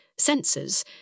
sensors